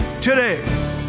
today